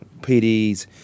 PDs